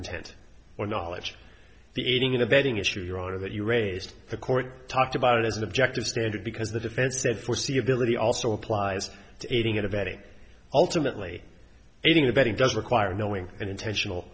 intent or knowledge the aiding and abetting issue your honor that you raised the court talked about it as an objective standard because the defense said foreseeability also applies to aiding and abetting ultimately aiding abetting does require knowing and intentional